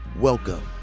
welcome